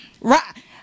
right